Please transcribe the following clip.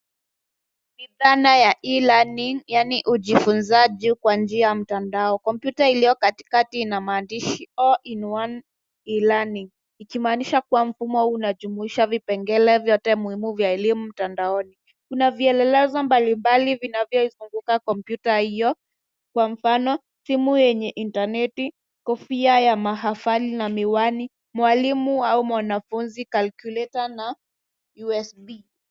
Ni dhana ya e-learning , yaani ujifunzaji kwa njia ya mtandao. Kompyuta iliyo katikati ina maandishi all in one e-learning , ikimaanisha kuwa mfumo huu unajumuisha vipengele vyote muhimu vya elimu mtandaoni. Kuna vielelezo mbali mbali vinavyoizunguka kompyuta hiyo, kwa mfano: simu yenye intaneti, kofia ya mahafali na miwani, mwalimu au mwanafunzi, calculator na USB .